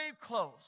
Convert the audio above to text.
clothes